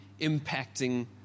impacting